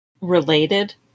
related